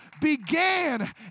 began